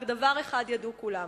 רק דבר אחד ידעו כולם,